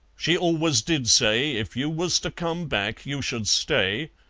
she always did say if you was to come back you should stay,